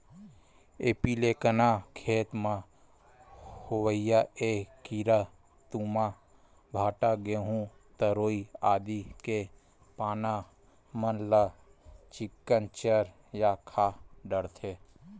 एपीलेकना खेत म होवइया ऐ कीरा तुमा, भांटा, गहूँ, तरोई आदि के पाना मन ल चिक्कन चर या खा डरथे